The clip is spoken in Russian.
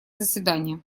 заседания